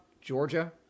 Georgia